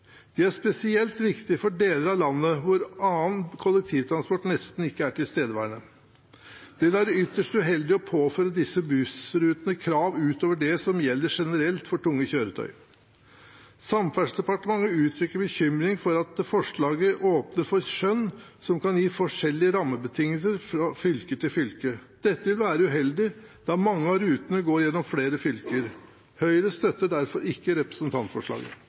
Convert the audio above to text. De er spesielt viktige for deler av landet hvor annen kollektivtransport nesten ikke er tilstedeværende. Det vil være ytterst uheldig å påføre disse bussrutene krav utover det som gjelder generelt for tunge kjøretøy. Samferdselsdepartementet uttrykker bekymring for at forslaget åpner for skjønn som kan gi forskjellige rammebetingelser fra fylke til fylke. Dette vil være uheldig, da mange av rutene går gjennom flere fylker. Høyre støtter derfor ikke representantforslaget.